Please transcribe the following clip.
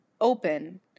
open